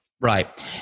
Right